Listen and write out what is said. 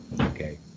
Okay